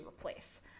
replace